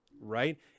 right